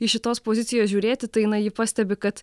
iš šitos pozicijos žiūrėti tai na ji pastebi kad